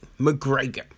McGregor